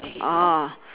orh